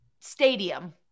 stadium